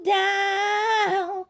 down